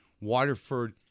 Waterford